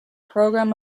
program